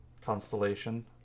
Constellation